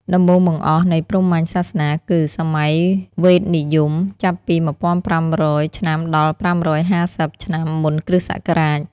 ដំបូងបង្អស់នៃព្រហ្មញ្ញសាសនាគឺ សម័យវេទនិយម ចាប់ពី១៥០០ ឆ្នាំដល់ ៥៥០ ឆ្នាំមុនគ.ស។